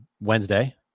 Wednesday